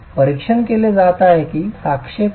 परीक्षण केले जात आहे की सापेक्ष शक्ती